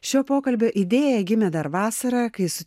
šio pokalbio idėja gimė dar vasarą kai su